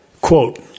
quote